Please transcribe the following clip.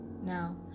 Now